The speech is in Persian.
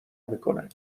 میکنن